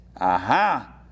Aha